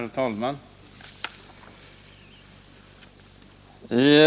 Herr talman!